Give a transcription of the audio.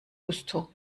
gusto